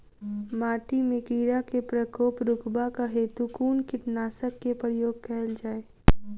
माटि मे कीड़ा केँ प्रकोप रुकबाक हेतु कुन कीटनासक केँ प्रयोग कैल जाय?